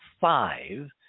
five